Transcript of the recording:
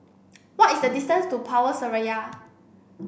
what is the distance to Power Seraya